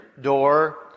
door